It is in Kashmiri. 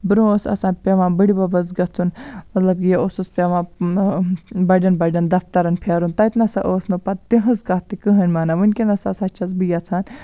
برونٛہہ اوس آسان پیٚوان بِڈبَبَس گَژھُن مَطلَب یہِ اوسُس پیٚوان بَڑیٚن بَڑیٚن دَفتَرَن پھیرُن تَتہِ نَسا اوس نہٕ پَتہٕ تِہٕنٛز کتھ تہِ کٕہٕنۍ مانان وٕنکیٚنَس ہَسا چھَس بہٕ یَژھان